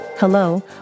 Hello